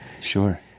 Sure